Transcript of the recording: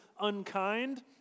unkind